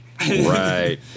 right